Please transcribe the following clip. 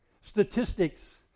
Statistics